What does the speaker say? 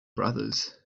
brothers